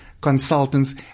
Consultants